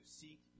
seek